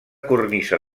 cornisa